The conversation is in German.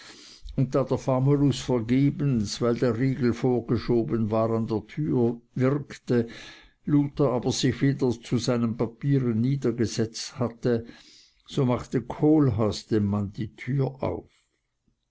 der famulus vergebens weil der riegel vorgeschoben war an der türe wirkte luther aber sich wieder zu seinen papieren niedergesetzt hatte so machte kohlhaas dem mann die türe auf